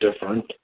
different